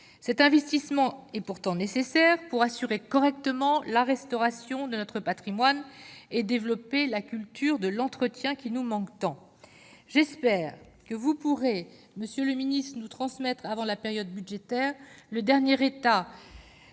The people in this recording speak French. Cet investissement est pourtant nécessaire pour assurer correctement la restauration de notre patrimoine et développer la culture de l'entretien, qui nous manque tant. Monsieur le ministre, j'espère que vous pourrez nous transmettre, avant la période budgétaire, le dernier